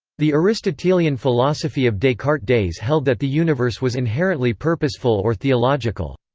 the aristotelian philosophy of descartes' days held that the universe was inherently purposeful or theological.